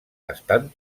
estan